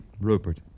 rupert